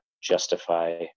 justify